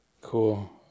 Cool